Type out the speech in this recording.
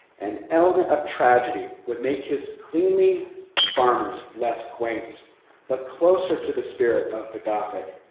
an element of tragedy would make his cleanly farmers less quaint but closer to the spirit of the gothic,